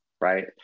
right